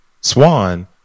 Swan